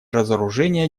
разоружения